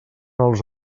els